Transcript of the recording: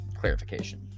Clarification